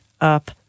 up